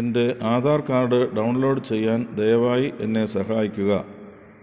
എൻ്റെ Aadhaar card download ചെയ്യാൻ ദയവായി എന്നെ സഹായിക്കുക